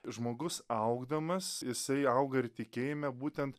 žmogus augdamas jisai auga ir tikėjime būtent